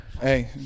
Hey